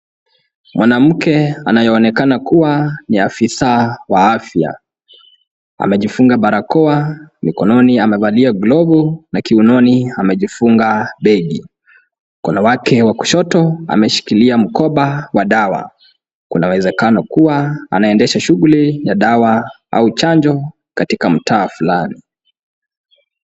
Mwanamke anayeonekana kuwa ni afisa wa kiafya amejifunga barakoa mikononi amevalia gloves na kiunoni amejifunga begi. Mkono wake wa kushoto ameshikilia mkoba wa dawa kuna uwezekano kuwa anendesha shughuli ya dawa ama chanjo mtaani.